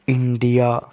India